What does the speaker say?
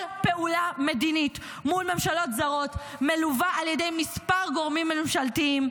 כל פעולה מדינית מול ממשלות זרות מלווה על ידי מספר גורמים ממשלתיים,